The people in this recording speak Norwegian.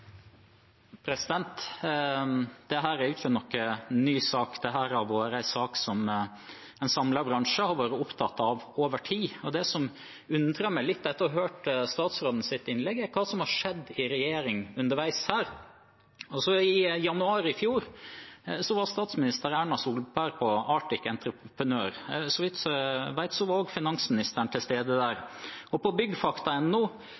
sak som en samlet bransje har vært opptatt av over tid. Og det som undrer meg litt, etter å ha hørt statsrådens innlegg, er hva som har skjedd i regjering underveis her. I januar i fjor var statsminister Erna Solberg på Arctic Entrepreneur. Så vidt jeg vet, var også finansministeren til stede